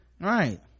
Right